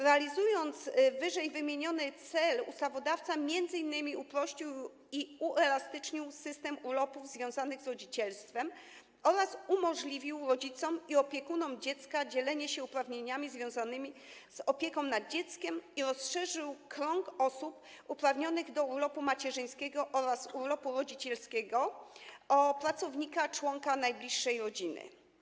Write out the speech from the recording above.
Realizując ww. cel ustawodawca m.in. uprościł i uelastycznił system urlopów związanych z rodzicielstwem oraz umożliwił rodzicom i opiekunom dziecka dzielenie się uprawnieniami związanymi z opieką nad dzieckiem i rozszerzył krąg osób uprawnionych do urlopu macierzyńskiego oraz urlopu rodzicielskiego o pracownika innego członka najbliższej rodziny.